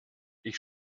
ich